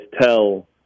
tell